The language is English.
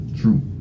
True